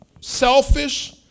selfish